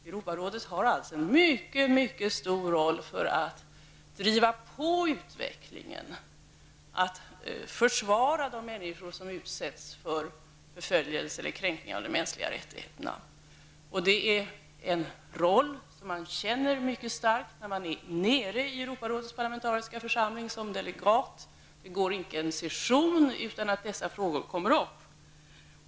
Europarådet har alltså en mycket stor roll för att driva på utvecklingen och att försvara de människor som utsätts för förföljelse eller kränkningar av de mänskliga rättigheterna. Det är en roll som man känner mycket starkt för när man befinner sig som delegat i Europarådets parlamentariska församling. Det går icke en session utan att dessa frågor tas upp.